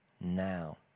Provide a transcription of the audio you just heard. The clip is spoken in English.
now